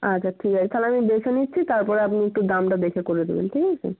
আচ্ছা ঠিক আছে তাহলে আমি বেছে নিচ্ছি তারপরে আপনি একটু দামটা দেখে করে দেবেন ঠিক আছে